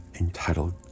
entitled